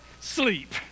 sleep